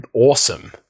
awesome